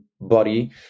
body